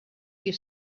you